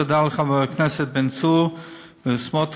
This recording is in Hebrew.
תודה לחברי הכנסת בן צור וסמוטריץ,